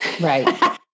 Right